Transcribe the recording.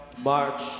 March